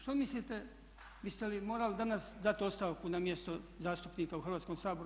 Što mislite biste li morali danas dati ostavku na mjesto zastupnika u Hrvatskom saboru?